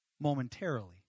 Momentarily